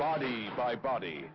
body by body